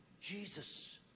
Jesus